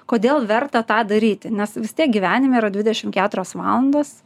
kodėl verta tą daryti nes vis tiek gyvenime yra dvidešim keturios valandos